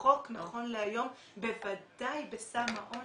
החוק נכון להיום בוודאי בסם האונס,